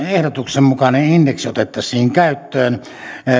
ehdotuksen mukainen indeksi otettaisiin käyttöön